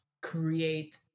create